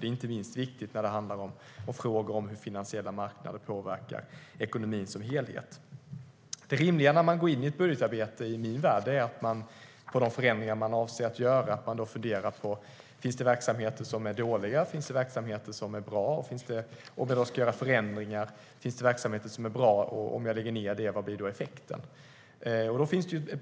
Det är inte minst viktigt när det handlar om frågor om hur den finansiella marknaden påverkar ekonomin som helhet. Då finns det en